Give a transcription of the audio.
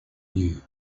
you